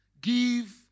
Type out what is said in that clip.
give